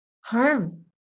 harm